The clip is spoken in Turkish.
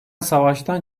savaştan